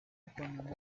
conmemora